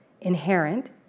inherent